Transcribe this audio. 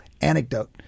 anecdote